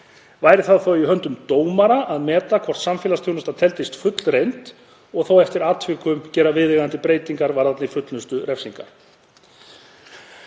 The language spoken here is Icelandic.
Væri það þá í höndum dómara að meta hvort samfélagsþjónusta teldist fullreynd og þá eftir atvikum gera viðeigandi breytingar varðandi fullnustu refsingar.